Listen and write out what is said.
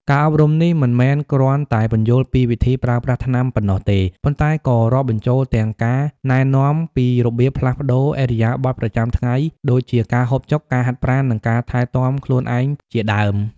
ការអប់រំនេះមិនមែនគ្រាន់តែពន្យល់ពីវិធីប្រើប្រាស់ថ្នាំប៉ុណ្ណោះទេ ប៉ុន្តែក៏រាប់បញ្ចូលទាំងការណែនាំពីរបៀបផ្លាស់ប្តូរឥរិយាបថប្រចាំថ្ងៃដូចជាការហូបចុក ការហាត់ប្រាណ និងការថែទាំខ្លួនឯងជាដើម។